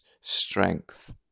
strength